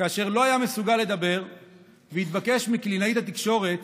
כאשר לא היה מסוגל לדבר והתבקש מקלינאית התקשורת